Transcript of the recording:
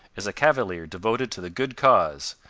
is a cavalier devoted to the good cause,